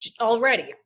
already